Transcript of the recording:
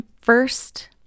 first